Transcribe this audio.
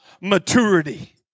maturity